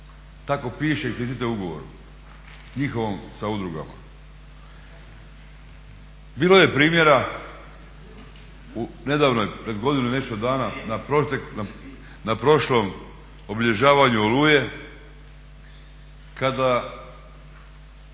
razumije./… u ugovoru njihovom sa udrugama. Bilo je primjera u nedavnoj, pred godinu i nešto dana na prošlom obilježavanju Oluje kada